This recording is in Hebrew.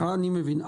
אני מבין.